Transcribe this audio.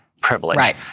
privilege